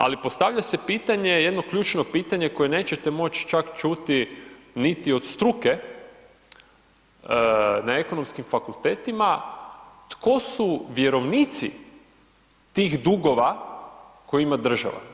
Ali postavlja se pitanje, jedno ključno pitanje, koje nećete moći čak ćuti niti od struke, na ekonomskim fakultetima, tko su vjerovnici tih dugova koje ima država.